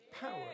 power